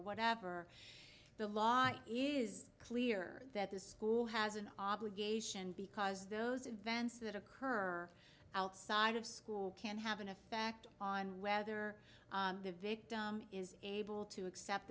whatever the law is clear that the school has an obligation because those events that occur outside of school can have an effect on whether the victim is able to accept